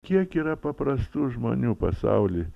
kiek yra paprastų žmonių pasauly